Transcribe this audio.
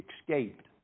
escaped